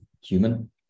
human